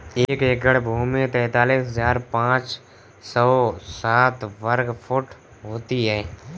एक एकड़ भूमि तैंतालीस हज़ार पांच सौ साठ वर्ग फुट होती है